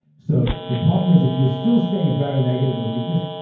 so the problem is, if you still stay very negative in the weakness,